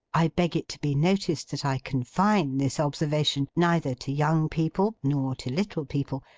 i beg it to be noticed that i confine this observation neither to young people nor to little people,